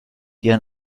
ihren